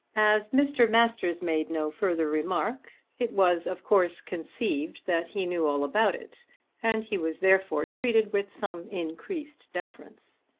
as mr. masters made no further remark it was of course conceived that he knew all about it and he was therefore treated with some increased deference.